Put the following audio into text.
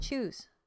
choose